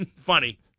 Funny